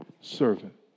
servant